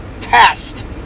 test